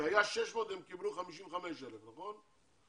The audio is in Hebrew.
כשהיה 600 הם קיבלו 55,000, נכון?